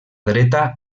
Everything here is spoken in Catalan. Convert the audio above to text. dreta